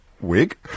wig